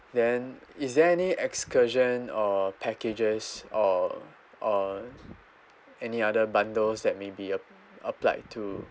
then is there any excursion or packages or or any other bundles that we be ap~ applied to